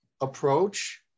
approach